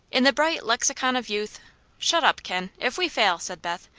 in the bright lexicon of youth shut up, ken. if we fail, said beth,